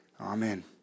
Amen